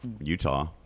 Utah